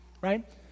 right